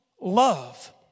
love